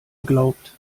glaubt